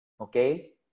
okay